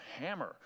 hammer